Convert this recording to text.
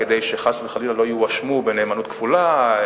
כדי שחס וחלילה לא יואשמו בנאמנות כפולה,